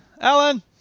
Alan